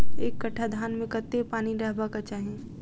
एक कट्ठा धान मे कत्ते पानि रहबाक चाहि?